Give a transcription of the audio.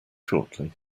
shortly